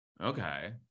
Okay